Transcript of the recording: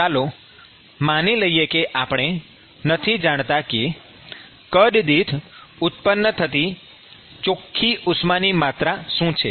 ચાલો માની લઈએ કે આપણે નથી જાણતા કે કદ દીઠ ઉત્પન્ન થતી ચોખ્ખી ઉષ્માની માત્રા શું છે